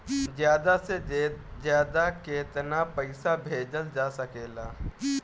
ज्यादा से ज्यादा केताना पैसा भेजल जा सकल जाला?